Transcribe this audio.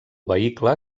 vehicle